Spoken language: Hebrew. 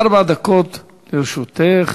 ארבע דקות לרשותך.